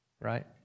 right